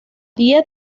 día